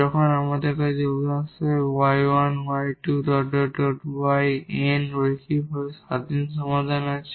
যখন আমাদের কাছে উদাহরণস্বরূপ 𝑦1 𝑦2 𝑦𝑛 লিনিয়ারভাবে ইন্ডিপেন্ডেট সমাধান আছে